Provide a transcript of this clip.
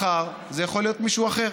מחר זה יכול להיות מישהו אחר.